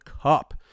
Cup